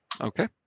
Okay